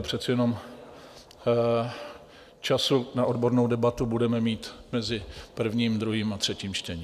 Přece jenom času na odbornou debatu budeme mít mezi prvním, druhým a třetím čtením.